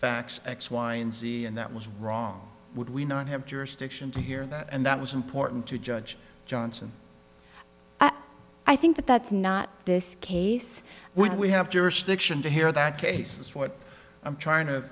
x x y and z and that was wrong would we not have jurisdiction to hear that and that was important to judge johnson i think that that's not this case when we have jurisdiction to hear that case is what i'm trying to